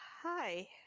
Hi